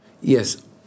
Yes